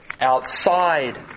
outside